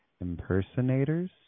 impersonators